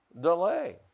delay